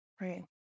right